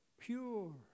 pure